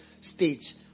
stage